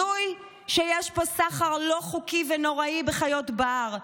הזוי שיש פה סחר לא חוקי ונוראי בחיות בר,